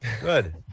Good